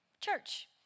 church